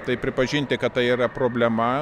tai pripažinti kad tai yra problema